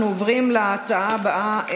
אנחנו עוברים להצעה הבאה,